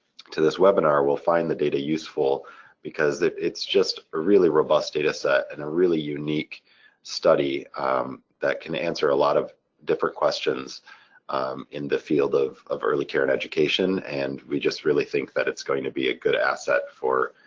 to this webinar will find the data useful because it's just a really robust data set and a really unique study that can answer a lot of different questions in the field of of early care and education. and we just really think that it's going to be a good asset for